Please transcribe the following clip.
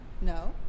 no